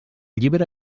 llibre